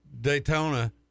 Daytona